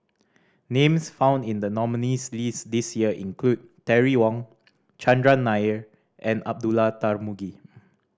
names found in the nominees' list this year include Terry Wong Chandran Nair and Abdullah Tarmugi